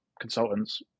consultants